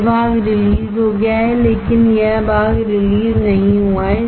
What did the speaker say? यह भाग रिलीज़ हो गया है लेकिन यह भाग रिलीज़ नहीं हुआ है